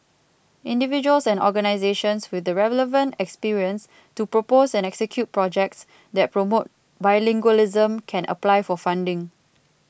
individuals and organisations with the relevant experience to propose and execute projects that promote bilingualism can apply for funding